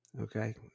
Okay